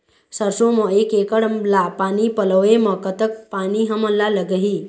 सरसों म एक एकड़ ला पानी पलोए म कतक पानी हमन ला लगही?